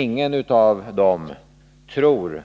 Ingen av dem tror